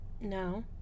No